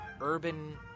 urban